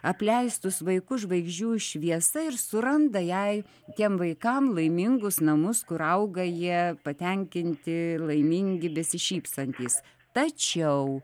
apleistus vaikus žvaigždžių šviesa ir suranda jai tiem vaikam laimingus namus kur auga jie patenkinti laimingi besišypsantys tačiau